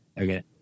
Okay